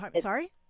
Sorry